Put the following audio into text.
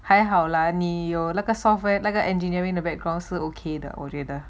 还好啦你有那个 software 那个 engineering the background 是 ok 的我觉得